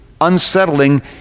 unsettling